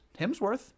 Hemsworth